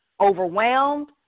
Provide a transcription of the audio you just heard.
overwhelmed